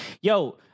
Yo